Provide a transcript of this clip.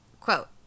quote